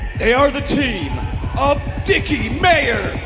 they are the team of dicky mayer